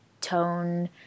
tone